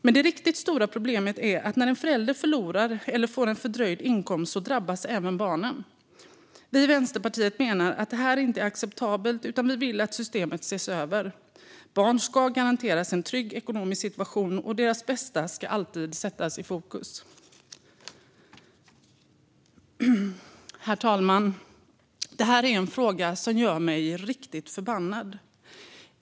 Men det riktigt stora problemet är att när en förälder förlorar inkomst eller får fördröjd inkomst drabbas även barnen. Vi i Vänsterpartiet menar att det här inte är acceptabelt. Vi vill att systemet ses över. Barn ska garanteras en trygg ekonomisk situation, och deras bästa ska alltid sättas i fokus. Herr talman! Det här är en fråga som gör mig riktigt förbannad.